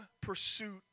pursuit